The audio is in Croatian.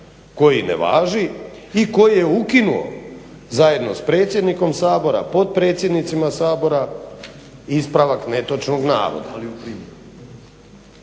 koji ne važi i koji je ukinuo zajedno sa predsjednikom Sabora, potpredsjednicima Sabora ispravak netočnog navoda.